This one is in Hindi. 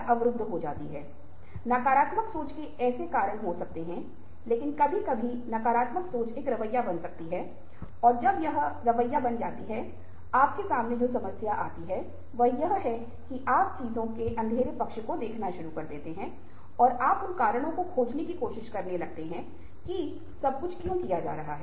अब यदि आप बातचीत को परिभाषित करने की कोशिश करते हैं तो यह कुछ ऐसा हो सकता है एक बातचीत एक संवादात्मक संचार प्रक्रिया है जो तब हो सकती है जब हम किसी और से कुछ चाहते हैं या कोई अन्य व्यक्ति हमसे कुछ चाहता है